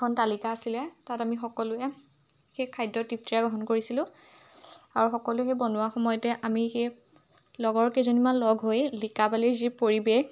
এখন তালিকা আছিলে তাত আমি সকলোৱে সেই খাদ্য তৃপ্তিৰে গ্ৰহণ কৰিছিলোঁ আৰু সকলোৱে সেই বনোৱা সময়তে আমি সেই লগৰ কেইজনীমান লগ হৈ লিকাবালিৰ যি পৰিৱেশ